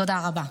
תודה רבה.